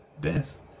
death